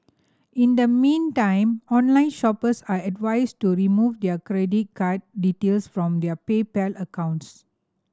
in the meantime online shoppers are advised to remove their credit card details from their PayPal accounts